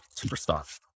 superstar